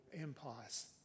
empires